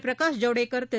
Prakash Javadekar Thiru